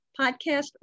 podcast